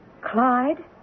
Clyde